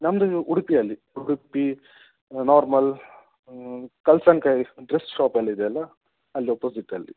ನಮ್ದು ಇದು ಉಡುಪಿಯಲ್ಲಿ ಉಡುಪಿ ನಾರ್ಮಲ್ ಕಲ್ಸಂಕ ಡ್ರೆಸ್ ಶಾಪೆಲ್ಲ ಇದೆಯಲ್ಲ ಅಲ್ಲಿ ಅಪೋಸಿಟ್ಟಲ್ಲಿ